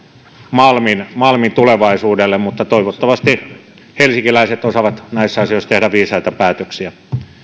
malmin malmin tulevaisuudelle mutta toivottavasti helsinkiläiset osaavat näissä asioissa tehdä viisaita päätöksiä